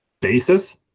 basis